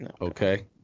Okay